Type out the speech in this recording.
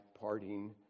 parting